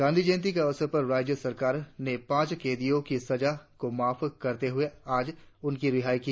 गांधी जयंति के अवसर पर राज्य सरकार ने पांच कैदियों की सजा को माफ करते हुए आज उनकी रिहाई की